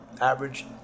average